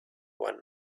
one